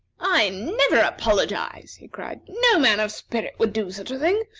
i never apologize, he cried. no man of spirit would do such a thing.